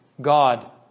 God